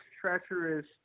treacherous